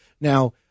now